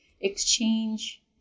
exchange